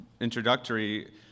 introductory